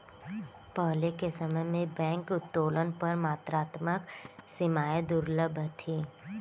पहले के समय में बैंक उत्तोलन पर मात्रात्मक सीमाएं दुर्लभ थीं